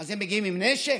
היא מגיעה עם נשק?